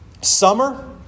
Summer